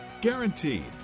Guaranteed